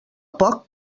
poc